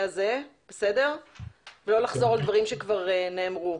הזה ולא לחזור על דברים שכבר נאמרו.